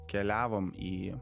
keliavom į